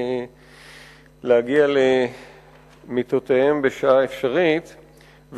להגיע למיטותיהם בשעה אפשרית,